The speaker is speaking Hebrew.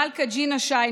מלכה ג'ינה שי,